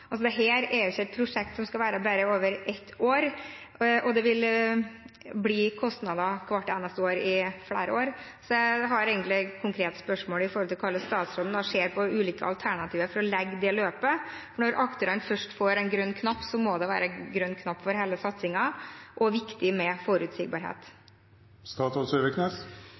Altså: Dette er ikke et prosjekt som skal vare bare ett år, og det vil bli kostnader hvert eneste år i flere år. Så jeg har egentlig et konkret spørsmål som går på hvordan statsråden ser på ulike alternativer for å legge det løpet. For når aktørene først får en grønn knapp, må det være en grønn knapp for hele satsingen og viktig med